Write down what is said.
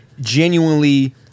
genuinely